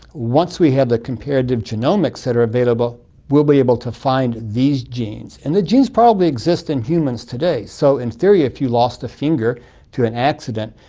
once we have the comparative genomics that are available, we will be able to find these genes, and the genes probably exist in humans today. so in theory if you lost a finger to an accident,